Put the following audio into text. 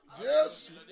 Yes